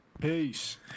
Peace